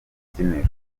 rubyiniro